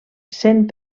sent